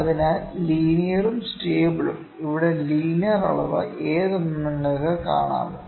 അതിനാൽ ലീനിയർ ഉം സ്റ്റേബിൾ ഉം ഇവിടെ ലീനിയർ അളവ് ഏതെന്ന് നിങ്ങൾക്ക് കാണാമോ